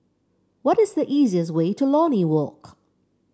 what is the easiest way to Lornie Walk